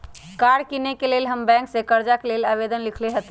कार किनेके लेल हम बैंक से कर्जा के लेल आवेदन लिखलेए हती